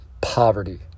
poverty